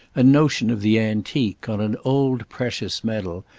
a notion of the antique, on an old precious medal,